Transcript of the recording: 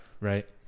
Right